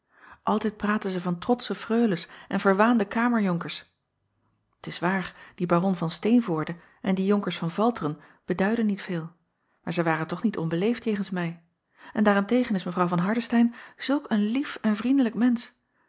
ltijd praten zij van trotsche freules en verwaande kamerjonkers t is waar die aron van teenvoorde en die onkers van alteren beduiden niet veel maar zij waren toch niet onbeleefd jegens mij en daar-en-tegen is w van ardestein zulk een lief en vriendelijk mensch